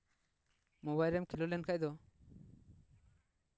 mobile ᱨᱮᱢ ᱠᱷᱮᱞᱚᱰ ᱞᱮᱱᱠᱷᱟᱱ ᱫᱚ